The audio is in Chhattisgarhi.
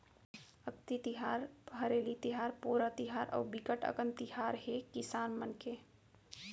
अक्ति तिहार, हरेली तिहार, पोरा तिहार अउ बिकट अकन तिहार हे किसान मन के